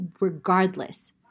regardless